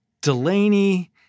Delaney